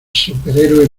superhéroe